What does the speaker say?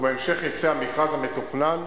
ובהמשך יצא המכרז המתוכנן,